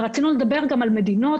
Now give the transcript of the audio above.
בנוסף,